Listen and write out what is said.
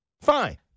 Fine